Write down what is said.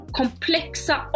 komplexa